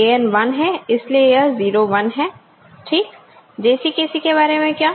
An 1 है इसलिए यह 0 1 है ठीक JC KC के बारे में क्या